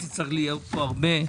ידברו על החרדים.